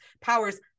powers